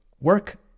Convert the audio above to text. work